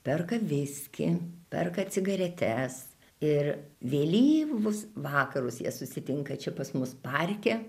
perka viskį perka cigaretes ir vėlyvus vakarus jie susitinka čia pas mus parke